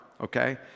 okay